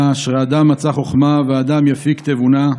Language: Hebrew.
"אשרי אדם מצא חכמה ואדם יפיק תבונה."